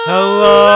Hello